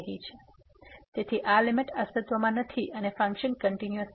તેથી આ લીમીટ અસ્તિત્વમાં નથી અને ફંક્શન કંટીન્યુઅસ નથી